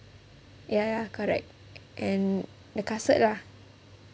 ya ya correct and the kasut lah